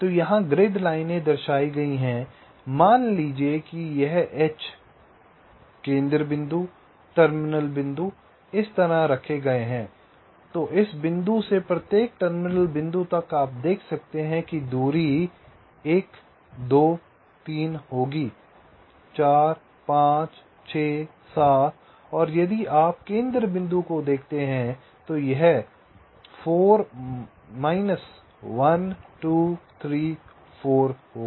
तो यहाँ ग्रिड लाइनें दर्शाई गई हैं मान लें कि यह H केंद्र बिंदु टर्मिनल बिंदु इस तरह रखे गए हैं तो इस बिंदु से प्रत्येक टर्मिनल बिंदु तक आप देख सकते हैं कि दूरी 1 2 3 होगी 4 5 6 7 और यदि आप केंद्र बिंदु को देखते हैं तो यह 4 1 2 3 4 होगा